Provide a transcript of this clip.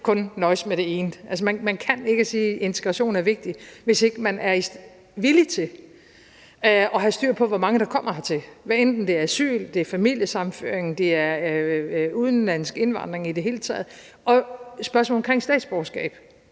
kun nøjes med det ene. Man kan ikke sige, at integration er vigtigt, hvis man ikke er villig til at have styr på, hvor mange der kommer hertil, hvad enten det er asyl, familiesammenføring eller udenlandsk indvandring i det hele taget. Vedrørende spørgsmålet om statsborgerskab